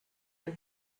and